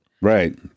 Right